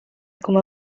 come